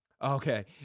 Okay